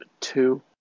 Two